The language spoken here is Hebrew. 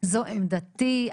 זו עמדתי.